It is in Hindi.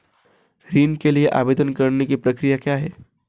ऋण के लिए आवेदन करने की प्रक्रिया क्या है?